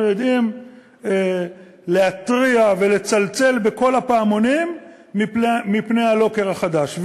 אנחנו יודעים להתריע ולצלצל בכל הפעמונים מפני הלוקר החדש,